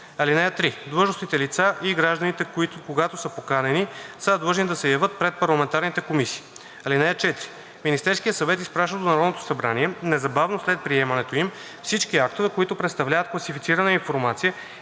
(3) Длъжностните лица и гражданите, когато са поканени, са длъжни да се явяват пред парламентарните комисии. (4) Министерският съвет изпраща до Народното събрание незабавно след приемането им всички актове, които представляват класифицирана информация